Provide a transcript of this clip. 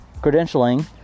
credentialing